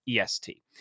EST